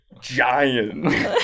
Giant